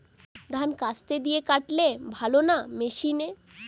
ধান কাস্তে দিয়ে কাটলে ভালো না মেশিনে?